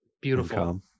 beautiful